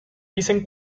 dicen